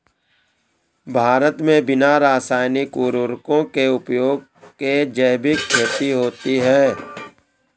भारत मे बिना रासायनिक उर्वरको के प्रयोग के जैविक खेती होती है